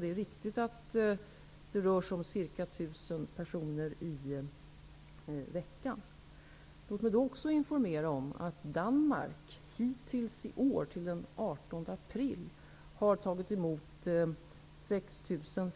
Det stämmer att det rör sig om ca 1 000 personer per vecka. Låt mig då också informera om att Danmark fram till den 18 april i år har tagit emot 6